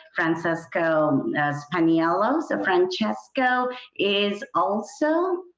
francisco spaniello. so francesco is also